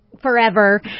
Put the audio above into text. Forever